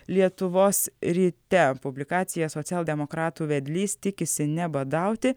lietuvos ryte publikacija socialdemokratų vedlys tikisi nebadauti